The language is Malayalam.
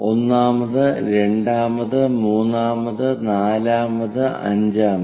ഒന്നാമത് രണ്ടാമത് മൂന്നാമത് നാലാമത് അഞ്ചാമത്